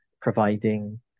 providing